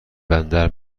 بندر